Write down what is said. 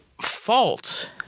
fault